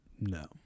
No